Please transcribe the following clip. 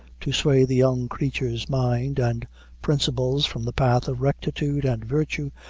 to sway the young creature's mind and principles from the path of rectitude and virtue,